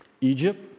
Egypt